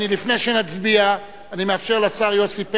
לפני שנצביע, אני מאפשר לשר יוסי פלד,